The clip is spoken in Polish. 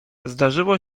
zdarzyło